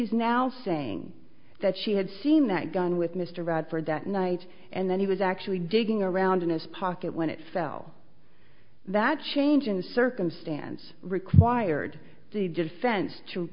's now saying that she had seen that gun with mr radford that night and then he was actually digging around in his pocket when it fell that change in circumstance required the defense to